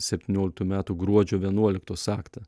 septynioliktų metų gruodžio vienuoliktos aktą